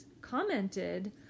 commented